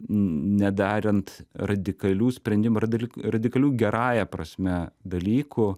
nedarant radikalių sprendimų ar radikalių gerąja prasme dalykų